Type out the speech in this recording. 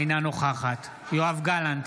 אינה נוכחת יואב גלנט,